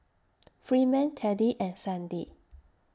Freeman Teddy and Sandi